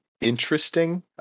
interesting